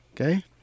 Okay